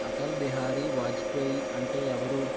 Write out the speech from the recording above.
Atal Bihari Vajpayee అంటే ఎవరు